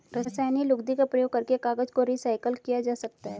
रासायनिक लुगदी का प्रयोग करके कागज को रीसाइकल किया जा सकता है